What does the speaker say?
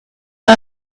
our